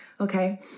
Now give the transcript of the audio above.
Okay